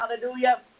Hallelujah